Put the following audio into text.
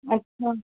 अच्छा